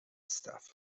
stuff